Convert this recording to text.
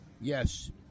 Yes